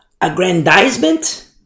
aggrandizement